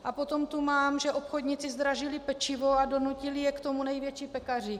A potom tu mám, že obchodníci zdražili pečivo a donutili je k tomu největší pekaři.